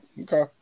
Okay